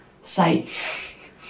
sights